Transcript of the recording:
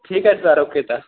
ठीक है sir okay sir